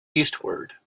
eastward